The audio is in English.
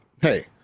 hey